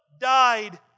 Died